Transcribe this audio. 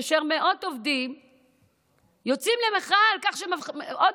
כאשר מאות עובדים יוצאים למחאה על כך שעוד